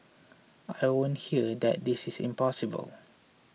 I won't hear that this is impossible